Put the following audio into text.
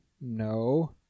No